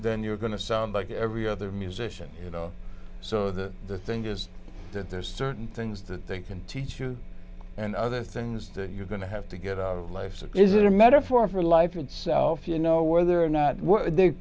then you're going to sound like every other musician you know so that the thing is that there are certain things that they can teach you and other things that you're going to have to get a life that is a metaphor for life itself you know whether or not